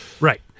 Right